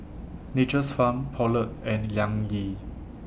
Nature's Farm Poulet and Liang Yi